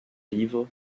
livres